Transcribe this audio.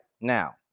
Now